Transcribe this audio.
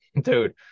Dude